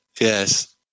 yes